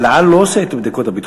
"אל על" לא עושה את הבדיקות הביטחוניות.